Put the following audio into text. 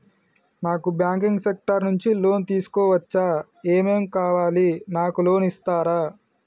నాకు banking sector నుంచి loan తీసుకోవచ్చా? ఏమేం కావాలి? నాకు లోన్ ఇస్తారా?